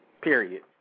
Period